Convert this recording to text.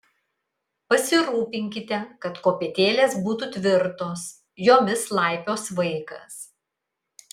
pasirūpinkite kad kopėtėlės būtų tvirtos jomis laipios vaikas